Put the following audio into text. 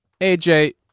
AJ